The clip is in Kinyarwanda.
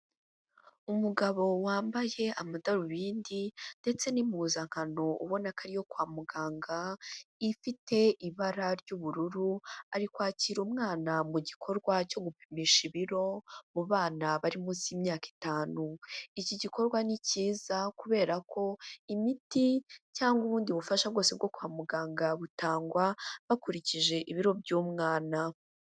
Umugabo wambaye amadarubindi ndetse n'impuzankano ubona ko ari iyo kwa muganga, ifite ibara ry'ubururu, ari kwakira umwana mu gikorwa cyo gupimisha ibiro mu bana bari munsi y'imyaka itanu, iki gikorwa ni cyiza kubera ko imiti cyangwa ubundi bufasha bwose bwo kwa muganga butangwa bakurikije ibiro by'umwana.